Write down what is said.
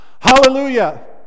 Hallelujah